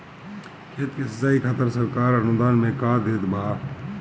खेत के सिचाई खातिर सरकार अनुदान में का देत बा?